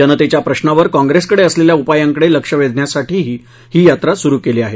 जनतेच्या प्रश्नांवर कॉंप्रेसकडे असलेल्या उपायांकडे लक्ष वेधण्यासाठीही ही यात्रा सुरू केली आहे